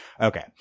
Okay